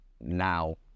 now